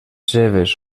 seves